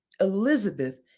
Elizabeth